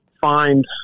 find